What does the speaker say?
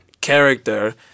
character